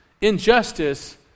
Injustice